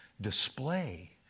display